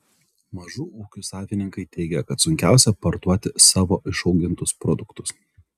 mažų ūkių savininkai teigia kad sunkiausia parduoti savo išaugintus produktus